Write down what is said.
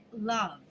love